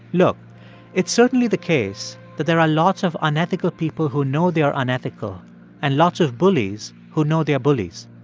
look it's certainly the case that there are lots of unethical people who know they are unethical and lots of bullies who know they are bullies.